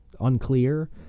unclear